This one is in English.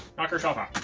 knock yourself out.